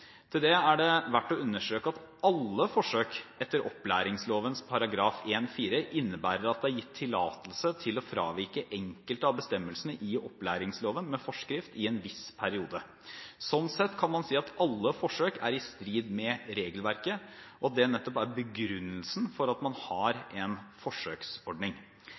Til det er det verdt å understreke at alle forsøk etter opplæringsloven § 1-4 innebærer at det er gitt tillatelse til å fravike enkelte av bestemmelsene i opplæringsloven med forskrift i en viss periode. Sånn sett kan man si at alle forsøk er i strid med regelverket, og at det nettopp er begrunnelsen for at man har en forsøksordning.